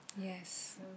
Yes